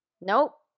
nope